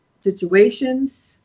situations